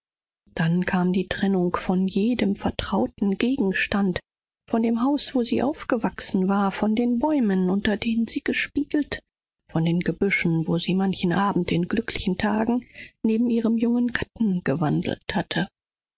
dazu kam die trennung von jedem ihr vertrauten gegenstande von dem orte an dem sie aufgewachsen war den bäumen unter denen sie gespielt hatte den gebüschen in denen sie so manches mal abends an der seite ihres jungen gatten gewandelt hatte